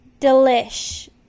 delish